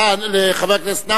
חבר הכנסת,